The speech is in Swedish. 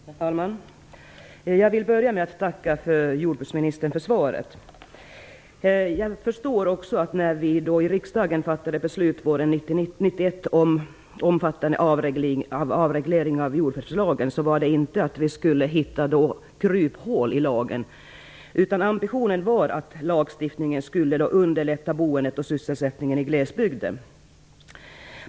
Herr talman! Jag vill börja med att tacka jordbruksministern för svaret. När vi i riksdagen våren 1991 fattade beslut om en omfattande avreglering av jordförvärvslagen förstod jag att det inte var för att man skulle hitta kryphål i lagen, utan ambitionen var att lagstiftningen skulle underlätta boendet och sysselsättningen i glesbygden.